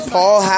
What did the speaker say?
Paul